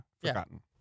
forgotten